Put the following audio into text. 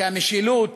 שהמשילות